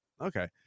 Okay